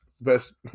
best